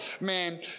man